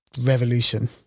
revolution